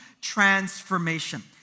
transformation